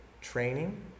training